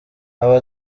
aba